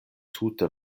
tute